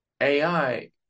AI